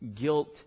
guilt